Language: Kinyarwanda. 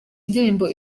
indirimbo